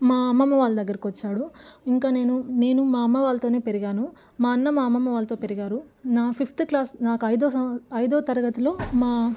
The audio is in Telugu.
మా అమ్మమ్మ వాళ్ళ దగ్గరకు వచ్చాడు ఇంకా నేను నేను మా అమ్మ వాళ్ళతోనే పెరిగాను మా అన్న మా అమ్మమ్మ వాళ్ళతో పెరిగారు నా ఫిఫ్త్ క్లాస్ నాకు ఐదో ఐదో తరగతిలో మా